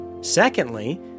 Secondly